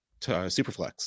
Superflex